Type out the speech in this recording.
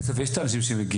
בסוף יש את האנשים שמגיעים.